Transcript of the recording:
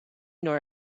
nor